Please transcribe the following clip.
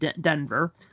Denver